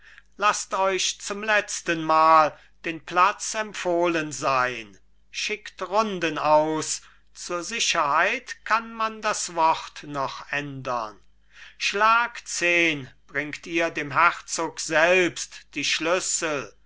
laßt euch zum letztenmal den platz empfohlen sein schickt runden aus zur sicherheit kann man das wort noch ändern schlag zehn bringt ihr dem herzog selbst die schlüssel